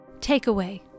Takeaway